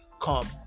come